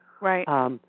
Right